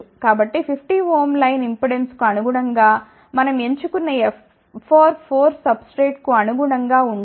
కాబట్టి 50 ohm line ఇంపెడెన్స్కు అనుగుణంగా మనం ఎంచు కున్న FR 4 సబ్స్ట్రేట్కు అనుగుణంగా ఉండే 1